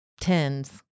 tens